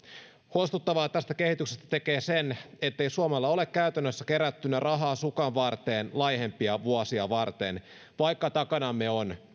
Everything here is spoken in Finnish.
huolestuttavaa tästä kehityksestä tekee se ettei suomella ole käytännössä kerättynä rahaa sukanvarteen laihempia vuosia varten vaikka takanamme on